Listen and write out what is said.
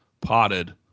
potted